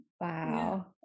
wow